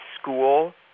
school